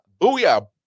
Booyah